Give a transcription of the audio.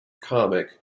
comic